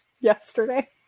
yesterday